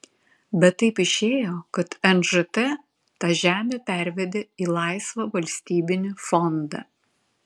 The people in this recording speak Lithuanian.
bet taip išėjo kad nžt tą žemę pervedė į laisvą valstybinį fondą